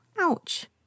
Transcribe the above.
Ouch